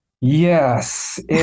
Yes